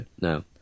no